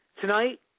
tonight